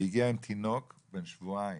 והיא הגיעה עם תינוק בן שבועיים,